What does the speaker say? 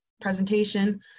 presentation